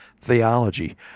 theology